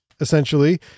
essentially